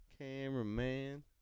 Cameraman